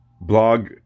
blog